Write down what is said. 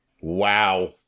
Wow